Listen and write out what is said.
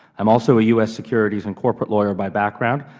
i'm also a u s. securities and corporate lawyer by background,